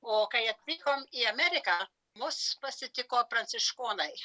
o kai atvykom į ameriką mus pasitiko pranciškonai